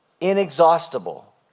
inexhaustible